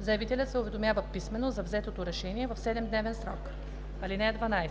Заявителят се уведомява писмено за взетото решение в 7-дневен срок. (12)